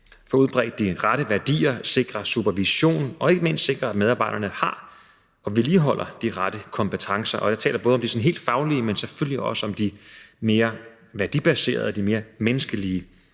får udbredt de rette værdier, sikrer supervision, og som ikke mindst sikrer, at medarbejderne har og vedligeholder de rette kompetencer. Og jeg taler både om de sådan helt faglige, men selvfølgelig også om de mere værdibaserede, de mere menneskelige